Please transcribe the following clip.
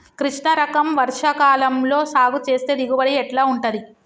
కృష్ణ రకం వర్ష కాలం లో సాగు చేస్తే దిగుబడి ఎట్లా ఉంటది?